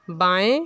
बाएँ